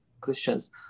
Christians